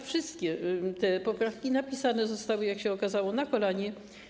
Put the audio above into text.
Wszystkie te poprawki napisane zostały, jak się okazało, na kolanie.